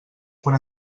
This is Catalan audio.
quan